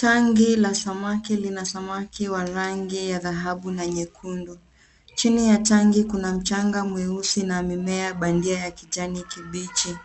Tanki la samaki lina samaki wa rangi ya dhahabu na nyekundu. Chini ya tanki kuna mchanga mweusi na mimea bandia ya kijani kibichi.